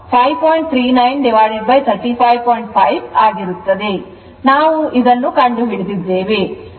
ಆದ್ದರಿಂದ ನಾವು ಇದನ್ನು ಕಂಡುಹಿಡಿದಿದ್ದೇವೆ